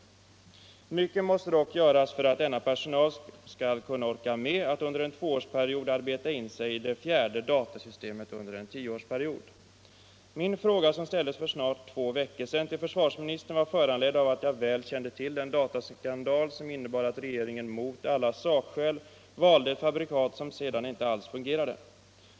Men mycket måste ändå göras för att denna personal skall kunna orka med att under en tvåårsperiod arbeta in sig i det fjärde datasystemet under en tioårsperiod. Min fråga, som framställdes för snart två veckor sedan till försvarsministern, var föranledd av att jag väl kände till den dataskandal som innebar att regeringen mot alla sakskäl valde ett fabrikat som sedan inte alls fungerade.